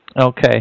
Okay